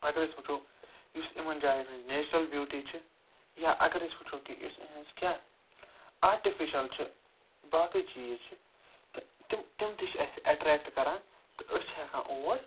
اَگر أسۍ وچھُو یُس یِمَن جایَن ہنٛدۍ نیچرَل بیٛوٗٹی چھِ یا اَگر أسۍ وُچھُو کہِ یُس یِہنٛز کیٛاہ آرٹِفِشنٛگ چھِ باقٕے چیٖز چھِ تہٕ تِم تِم تہِ چھِ اسہِ اَٹریکٹہٕ کران تہٕ أسۍ چھِ ہیٚکان اور